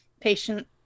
patient